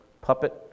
puppet